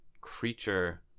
creature